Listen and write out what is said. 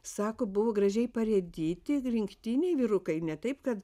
sako buvo gražiai parėdyti rinktiniai vyrukai ne taip kad